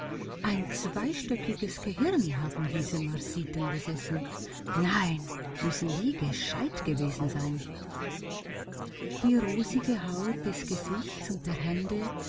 ein zweistöckiges gehirn haben diese marsiten besessen nein müssen die gescheit gewesen sein die rosige haut des gesichts und der hände